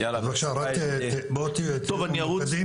מצוין.